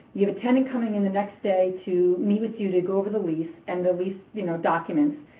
you have a tenant coming in the next day to meet with you to go over the lease and the lease you know documents.